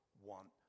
want